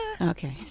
Okay